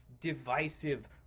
divisive